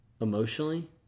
emotionally